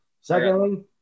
Secondly